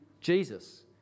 Jesus